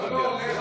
לא, לא.